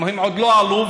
הם עוד לא עלו,